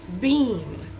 beam